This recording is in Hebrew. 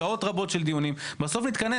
שעות רבות של דיונים ובסוף נתכנס.